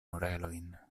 orelojn